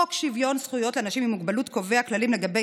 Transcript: חוק שוויון זכויות לאנשים עם מוגבלות קובע כללים לגבי